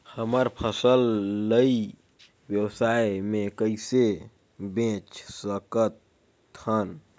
हमर फसल ल ई व्यवसाय मे कइसे बेच सकत हन?